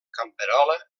camperola